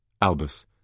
Albus